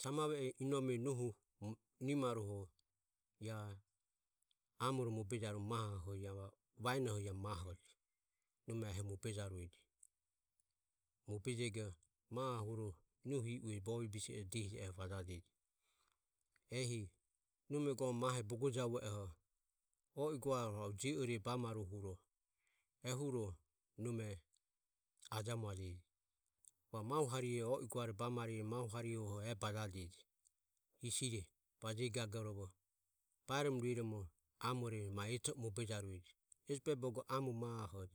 samave e inome nohu amore mobejeruho eho amore mahe vaenoho eho nome eho mobejarue je mobe jego maho huro nohi iuoho bovibiseo iuo vajarueje. Nome go mahe bogo javue oho oi gua arue jio ore bamaruo huro nome ajamuajeji mahu hari he oi gua bamarire e bajajeji, baje gagorovo baeromo ro ma eto e amore mobe jarue ji ehesi behoho bogo amo maho hoje.